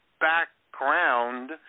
background